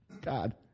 God